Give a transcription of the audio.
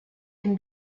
can